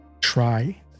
try